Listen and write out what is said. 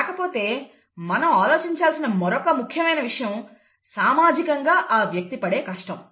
కాకపోతే మనం ఆలోచించాల్సిన మరొక ముఖ్యమైన విషయం సామాజికంగా ఆ వ్యక్తి పడే కష్టం